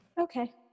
Okay